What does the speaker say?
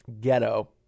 ghetto